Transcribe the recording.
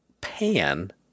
pan